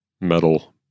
metal